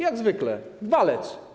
Jak zwykle - walec.